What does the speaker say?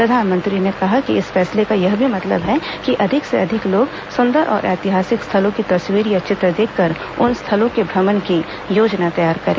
प्रधानमंत्री ने कहा कि इस फैसले का यह भी मतलब है कि अधिक से अधिक लोग सुंदर और ऐतिहासिक स्थलों की तस्वीर या चित्र देखकर उन स्थलों के भ्रमण की योजना तैयार करें